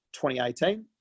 2018